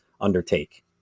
undertake